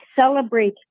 celebrate